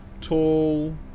tall